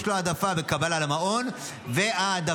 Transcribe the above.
יש לו העדפה בקבלה למעון והעדפה,